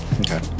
Okay